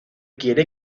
quiere